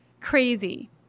crazy